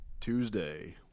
tuesday